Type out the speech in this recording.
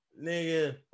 nigga